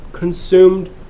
consumed